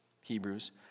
Hebrews